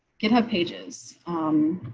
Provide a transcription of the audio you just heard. github pages. um